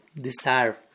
desire